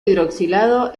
hidroxilado